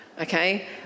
Okay